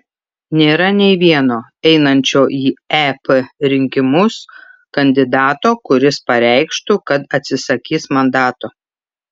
nėra nei vieno einančio į ep rinkimus kandidato kuris pareikštų kad atsisakys mandato